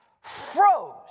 froze